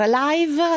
live